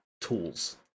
tools